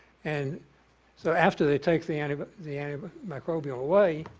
and so, after they take the and but the um antimicrobial away,